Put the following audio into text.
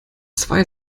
zwei